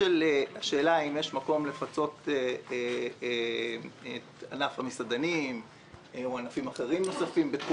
השאלה אם יש מקום לפצות את ענף המסעדנים או ענפים אחרים נוספים בתחום